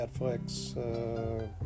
Netflix